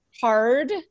hard